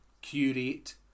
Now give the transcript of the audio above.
curate